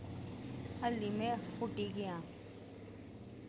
हाल्ली में हुट्टी गेआं